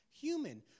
human